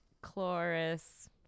Cloris